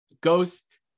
Ghost